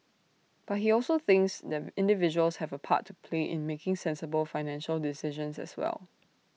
but he also thinks that individuals have A part to play in making sensible financial decisions as well